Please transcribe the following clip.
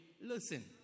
Listen